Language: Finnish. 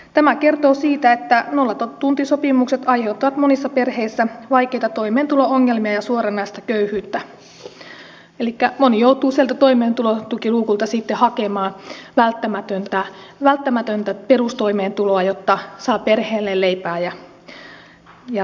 tämä kertoo siitä että nollatuntisopimukset aiheuttavat monissa perheissä vaikeita toimeentulo ongelmia ja suoranaista köyhyyttä elikkä moni joutuu sieltä toimeentulotukiluukulta sitten hakemaan välttämätöntä perustoimeentuloa jotta saa perheelleen leipää ja maksettua laskut